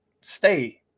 stay